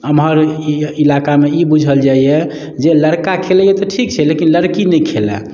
एम्हर इल इलाकामे ई बुझल जाइए जे लड़का खेलैए तऽ ठीक छै लेकिन लड़की नहि खेलाए